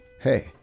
Hey